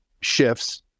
shifts